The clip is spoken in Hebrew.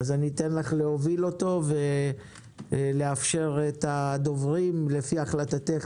אתן לך להוביל אותו ולאפשר את הדוברים לפי החלטתך,